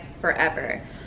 forever